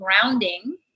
grounding